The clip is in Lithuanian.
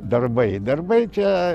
darbai darbai čia